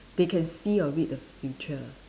they can see of it the future